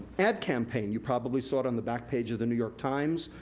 ad campaign. you probably saw it on the back page of the new york times,